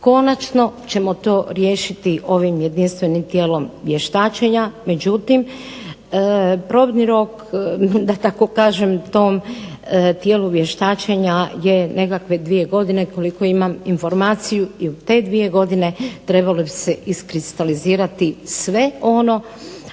Konačno ćemo to riješiti ovim jedinstvenim tijelom vještačenja. Međutim, probni rok da tako kažem tom tijelu vještačenja je nekakve dvije godine koliko imam informaciju i u te dvije godine trebalo bi se iskristalizirati sve ono,